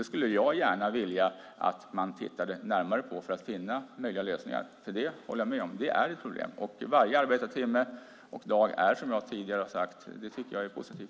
Det skulle jag gärna vilja att man tittade närmare på för att finna möjliga lösningar, för det håller jag med om är ett problem. Varje arbetad timme och dag tycker jag, som jag tidigare har sagt, är positiv.